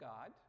God